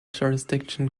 jurisdiction